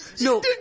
No